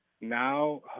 now